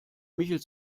michel